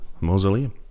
Mausoleum